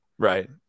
Right